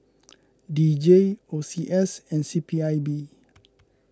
D J O C S and C P I B